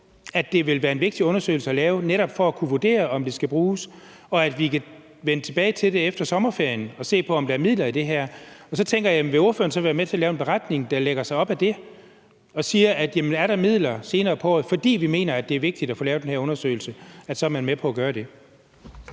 at det vil være en vigtig undersøgelse at lave netop for at kunne vurdere, om det skal bruges, og at vi kan vende tilbage til det efter sommerferien og se på, om der er midler til det her. Så tænker jeg: Vil ordføreren så være med til at lave en beretning, der lægger sig op ad det, og hvor vi siger, at er der midler senere på året – fordi vi mener, det er vigtigt at få lavet den her undersøgelse – så er man med på at gøre det?